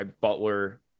Butler